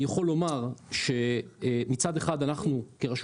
אני יכול לומר שמצד אחד אנחנו כרשות